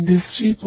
Industry 4